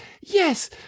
yes